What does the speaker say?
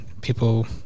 people